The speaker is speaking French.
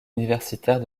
universitaire